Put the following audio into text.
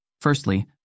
Firstly